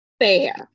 Fair